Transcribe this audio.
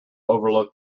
overlooked